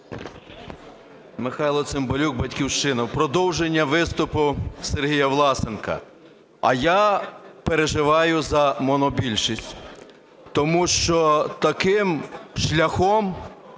Михайло Цимбалюк, "Батьківщина". В продовження виступу Сергія Власенка. А я переживаю за монобільшість, тому що таким шляхом